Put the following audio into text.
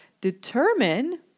determine